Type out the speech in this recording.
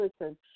Listen